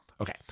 Okay